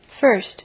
First